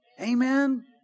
Amen